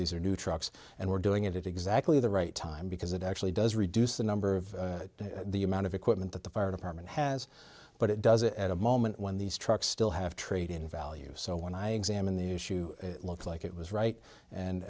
these are new trucks and we're doing it at exactly the right time because it actually does reduce the number of the amount of equipment that the fire department has but it does a moment when these trucks still have trade in value so when i examine the issue looks like it was right and